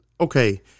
okay